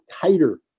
tighter